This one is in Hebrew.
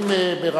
לא, חצי כוח סוס.